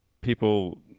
people